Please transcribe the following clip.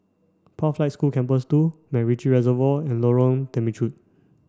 Pathlight School Campus two MacRitchie Reservoir and Lorong Temechut